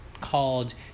called